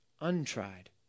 untried